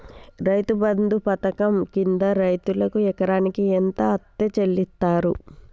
రైతు బంధు పథకం కింద రైతుకు ఎకరాకు ఎంత అత్తే చెల్లిస్తరు?